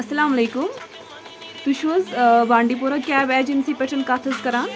اَسلامُ علَیکُم تُہۍ چھُو حظ بانٛڈِی پوٗرٕ کیب ایجَنسِی پؠٹھ کَتھ حظ کران